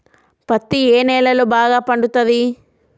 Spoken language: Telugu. పత్తి ఏ నేలల్లో బాగా పండుతది?